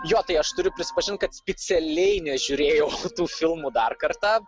jo tai aš turiu prisipažint kad specialiai nežiūrėjau tų filmų dar kartą